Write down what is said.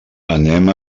anem